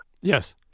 Yes